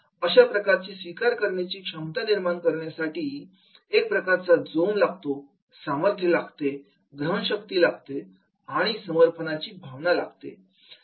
अशा प्रकारची स्वीकार करण्याची क्षमता निर्माण करण्यासाठी एक प्रकारचा जोम लागतो सामर्थ्य लागते ग्रहणशक्ती लागते आणि समर्पणाची भावना लागते